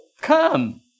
Come